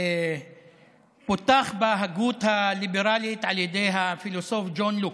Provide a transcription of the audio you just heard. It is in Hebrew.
שפותח בהגות הליברלית על ידי הפילוסוף ג'ון לוק.